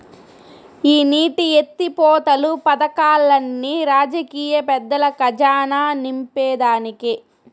ఈ నీటి ఎత్తిపోతలు పదకాల్లన్ని రాజకీయ పెద్దల కజానా నింపేదానికే